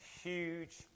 huge